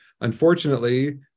unfortunately